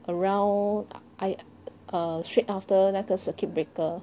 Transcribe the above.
around I err straight after 那个 circuit breaker